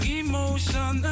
emotion